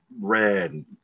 red